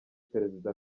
perezida